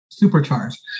Supercharged